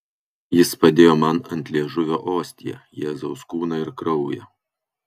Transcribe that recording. jis padėjo man ant liežuvio ostiją jėzaus kūną ir kraują